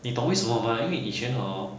你懂为什么吗因为以前 hor